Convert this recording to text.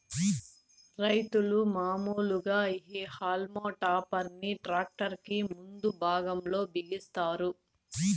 రైతులు మాములుగా ఈ హల్మ్ టాపర్ ని ట్రాక్టర్ కి ముందు భాగం లో బిగిస్తారు